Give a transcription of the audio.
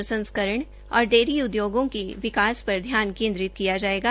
प्रसंस्करण और डेयरी उदयोगों के विकास पर ध्यान केन्द्रित किया जायेगा